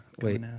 wait